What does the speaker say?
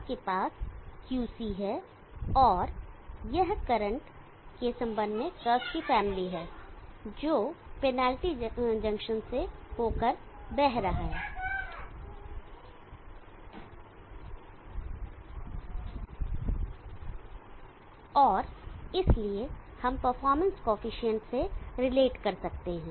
आपके पास Qc है और यह करंट के संबंध में कर्व्स की फैमिली है जो पेनाल्टी जंक्शन से होकर बह रहा है और इसलिए हम परफॉर्मेंस कॉएफिशिएंट से रिलेट कर सकते हैं